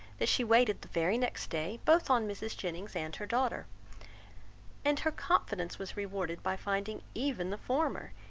that she waited the very next day both on mrs. jennings and her daughter and her confidence was rewarded by finding even the former,